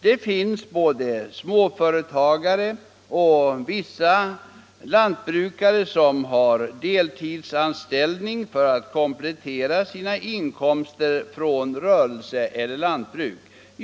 Det finns rätt många småföretagare och lantbrukare som har deltidsanställning för att komplettera sina inkomster från rörelse eller lantbruk.